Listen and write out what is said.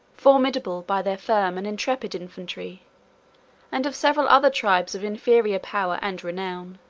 formidable by their firm and intrepid infantry and of several other tribes of inferior power and renown.